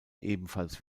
ebenfalls